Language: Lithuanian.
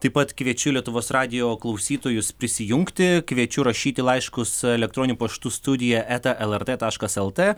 taip pat kviečiu lietuvos radijo klausytojus prisijungti kviečiu rašyti laiškus elektroniniu paštu studija eta lrt taškas lt